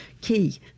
key